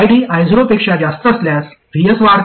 ID I0 पेक्षा जास्त असल्यास Vs वाढते